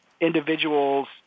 individuals